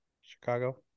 Chicago